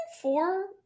four